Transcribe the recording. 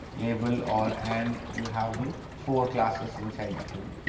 label, or, and you have the four classes inside the tumour,